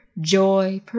joy